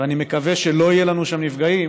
ואני מקווה שלא יהיו לנו שם נפגעים,